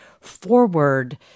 forward